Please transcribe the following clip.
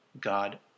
God